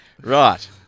Right